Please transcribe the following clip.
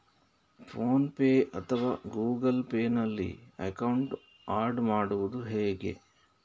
Phone pay ಅಥವಾ Google Pay ನಲ್ಲಿ account add ಮಾಡುವುದು ಹೇಗೆ?